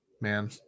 man